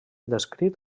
descrit